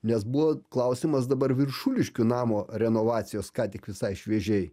nes buvo klausimas dabar viršuliškių namo renovacijos ką tik visai šviežiai